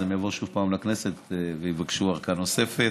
אז הם יבואו שוב לכנסת ויבקשו ארכה נוספת.